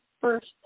first